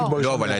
לא.